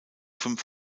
fünf